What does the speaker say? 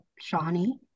Shawnee